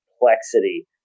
complexity